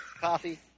coffee